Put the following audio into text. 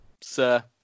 Sir